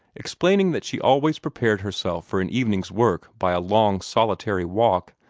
explaining that she always prepared herself for an evening's work by a long solitary walk,